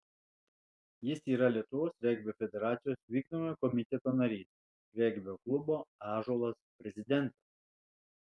jis yra lietuvos regbio federacijos vykdomojo komiteto narys regbio klubo ąžuolas prezidentas